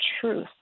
truth